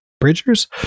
Bridgers